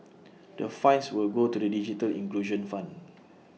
the fines will go to the digital inclusion fund